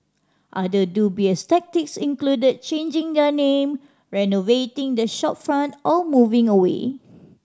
other dubious tactics included changing their name renovating the shopfront or moving away